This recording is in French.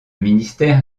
ministère